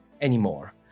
anymore